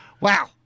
Wow